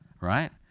right